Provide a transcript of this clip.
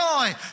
joy